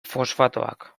fosfatoak